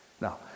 Now